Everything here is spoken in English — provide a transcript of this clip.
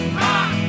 rock